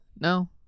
No